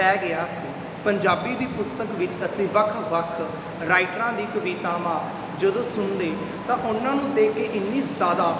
ਪੈ ਗਿਆ ਸੀ ਪੰਜਾਬੀ ਦੀ ਪੁਸਤਕ ਵਿੱਚ ਅਸੀਂ ਵੱਖ ਵੱਖ ਰਾਈਟਰਾਂ ਦੀ ਕਵਿਤਾਵਾਂ ਜਦੋਂ ਸੁਣਦੇ ਤਾਂ ਉਹਨਾਂ ਨੂੰ ਦੇ ਕੇ ਇੰਨੀ ਜ਼ਿਆਦਾ